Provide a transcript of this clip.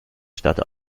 stadt